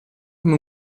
come